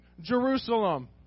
Jerusalem